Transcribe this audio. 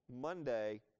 Monday